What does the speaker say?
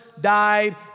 died